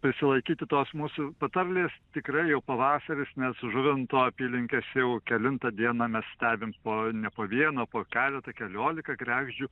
prisilaikyti tos mūsų patarlės tikrai jau pavasaris nes žuvinto apylinkėse jau kelintą dieną mes stebim po ne po vieną o po keleta keliolika kregždžių